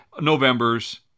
November's